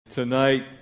tonight